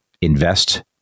invest